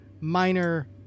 minor